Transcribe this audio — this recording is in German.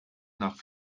nach